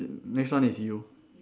next one is you